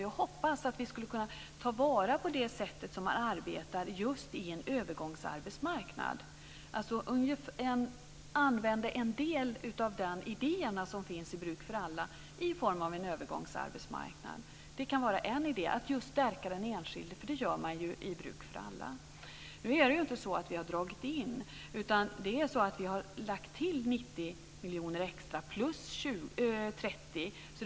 Jag hoppas att vi kan ta vara på det just i samband med en övergångsarbetsmarknad, alltså att vi kunde använda en del av de idéer som finns i Bruk för alla i form av en övergångsarbetsmarknad. Det kan vara en idé när det gäller att just stärka den enskilde, vilket görs i Bruk för alla. Vi har faktiskt inte dragit in, utan vi har lagt till 90 miljoner extra plus 30 miljoner.